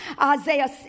Isaiah